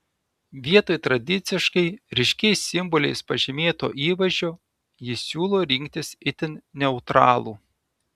vietoj tradiciškai ryškiais simboliais pažymėto įvaizdžio ji siūlo rinktis itin neutralų